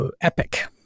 epic